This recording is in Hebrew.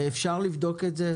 אפשר לבדוק את זה?